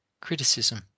criticism